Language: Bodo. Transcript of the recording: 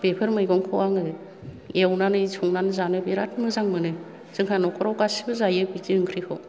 बेफोर मैगंखौ आङो एवनानै संना जानो बिराद मोजां मोनो जोंहा न'खराव गासिबो जायो बिदि ओंख्रिखौ